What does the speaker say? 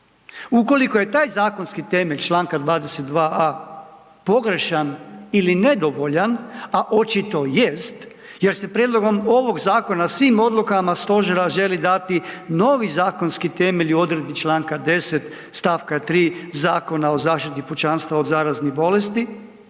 Ukoliko je taj zakonski temelj čl. 22.a pogrešan ili nedovoljan, a očito jest jer se prijedlogom ovog zakona svim odlukama stožera želi dati novi zakonski temelj u odredbi čl. 10. st. 3. Zakona o zaštiti pučanstva od zaraznih bolesti,